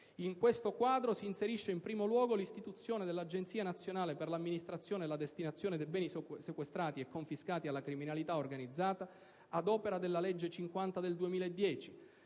In questo quadro si inserisce in primo luogo l'istituzione dell'Agenzia nazionale per l'amministrazione e la destinazione dei beni sequestrati e confiscati alla criminalità organizzata, ad opera della legge n. 50 del 2010.